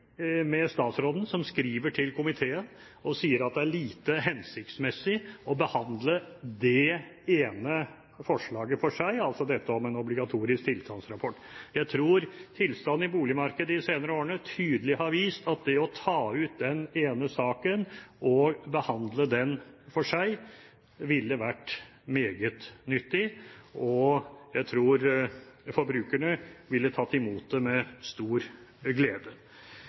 med statsråden som skriver til komiteen at det er lite hensiktsmessig å behandle det ene forslaget for seg, altså dette om en obligatorisk tilstandsrapport. Jeg tror tilstanden i boligmarkedet de senere årene tydelig har vist at det å ta ut den ene saken og behandle den for seg, ville vært meget nyttig. Jeg tror forbrukerne ville tatt imot det med stor glede.